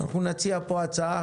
אנחנו נציע פה הצעה